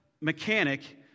mechanic